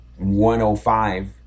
105